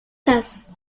tasses